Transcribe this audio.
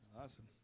Awesome